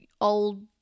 old